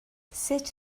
sut